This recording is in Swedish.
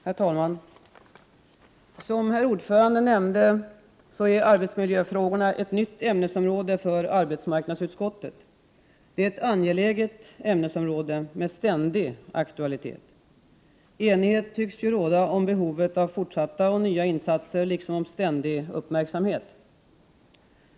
Herr talman! Som herr ordföranden nämnde, är arbetsmiljöfrågorna ett nytt ämnesområde för arbetsmarknadsutskottet. Det är ett angeläget ämnesområde med ständig aktualitet. Enighet tycks råda om behovet av fortsatta och nya insatser liksom av ständig uppmärksamhet.